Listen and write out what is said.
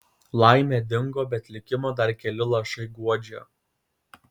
laimė dingo bet likimo dar keli lašai guodžia